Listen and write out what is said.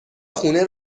خونه